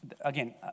again